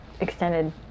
extended